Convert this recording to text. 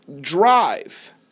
drive